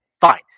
fine